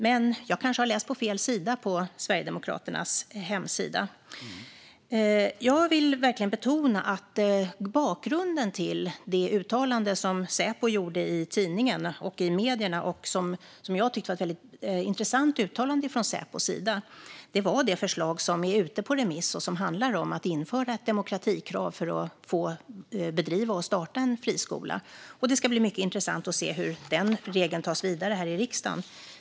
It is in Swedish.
Men jag kanske har läst på fel ställe på Sverigedemokraternas hemsida. Jag vill verkligen betona att bakgrunden till det uttalande som Säpo gjorde i tidningar och medier och som jag tyckte var väldigt intressant just var det förslag som nu är ute på remiss och som handlar om att införa ett demokratikrav för att man ska få starta och bedriva en friskola. Det ska bli mycket intressant att se hur den regeln tas vidare här i riksdagen.